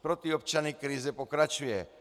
Pro ty občany krize pokračuje.